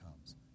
comes